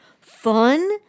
fun